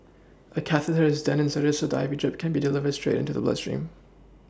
a catheter is then inserted so that the I V drip can be delivered straight into the blood stream